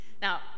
Now